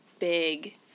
big